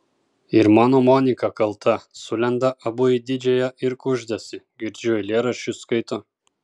ir mano monika kalta sulenda abu į didžiąją ir kuždasi girdžiu eilėraščius skaito